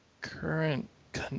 Current